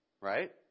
Right